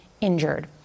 injured